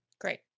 great